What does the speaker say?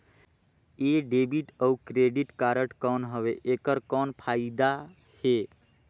ये डेबिट अउ credit card कौन हवे एकर कौन फाइदा हे?